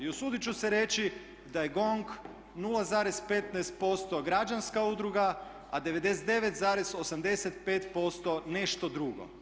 I usuditi ću se reći da je GONG 0,15% građanska udruga, a 99,85% nešto drugo.